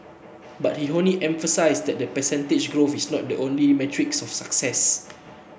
but he only emphasised that percentage growth is not the only metrics of success